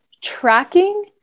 tracking